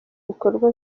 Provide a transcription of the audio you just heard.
bikorwa